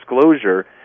disclosure